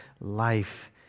life